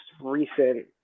recent